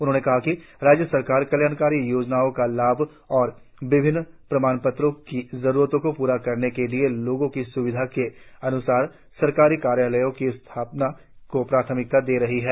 उन्होंने कहा कि राज्य सरकार कल्याणकारी योजनाओं का लाभ और विभिन्न प्रमाणपत्रों की जरुरतों को प्रा करने के लिए लोगों की सुविधा के अनुसार सरकारी कार्यालयों की स्थापना को प्राथमिकता दे रही है